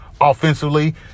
offensively